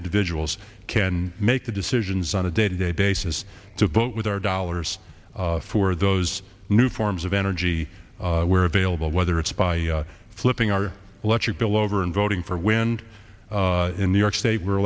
individuals can make the decisions on a day to day basis to vote with our dollars for those new forms of energy were available whether it's by flipping our electric bill over and voting for wind in new york state were